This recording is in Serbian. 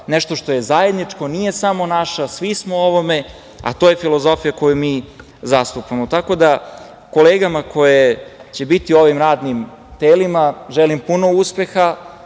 nešto što je zajedničko. Nije samo naša, svi smo u ovome, a to je filozofija koju mi zastupamo. Kolegama koji će biti u ovim radnim telima želim puno uspeha,